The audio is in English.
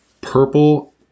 purple